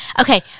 okay